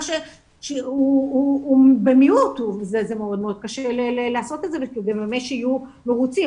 שהוא --- זה מאוד קשה לעשות את זה באמת שיהיו מרוצים.